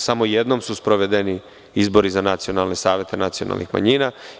Samo jednom su sprovedeni izbori za nacionalne savete nacionalnih manjina.